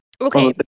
okay